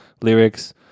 lyrics